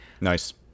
Nice